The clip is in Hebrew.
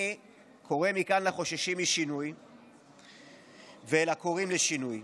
אני קורא מכאן לחוששים משינוי ולקוראים לשינוי: